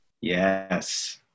Yes